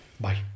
Bye